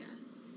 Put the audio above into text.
Yes